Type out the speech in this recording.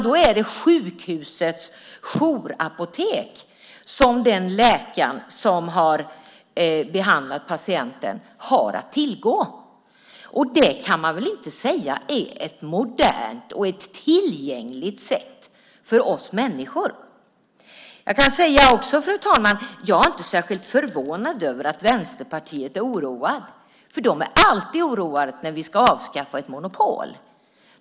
Då är det sjukhusets jourapotek som den läkare som har behandlat patienten har att tillgå. Det kan man väl inte säga är ett modernt och tillgängligt sätt för oss människor. Jag kan också säga, fru talman, att jag inte är särskilt förvånad över att Vänsterpartiet är oroat. De är alltid oroade när vi ska avskaffa ett monopol.